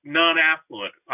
non-affluent